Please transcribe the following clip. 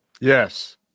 Yes